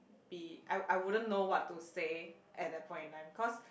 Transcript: be I I wouldn't know what to say at that point in time cause